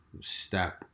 step